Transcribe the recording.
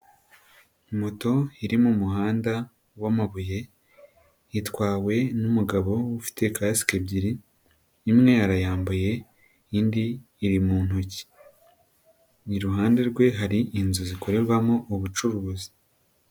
Moto iri mu muhanda w'amabuye itwawe n'umugabo ufite kasike ebyiri, imwe arayambaye indi iri mu ntoki, iruhande rwe hari inzu zikorerwamo ubucuruzi.